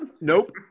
Nope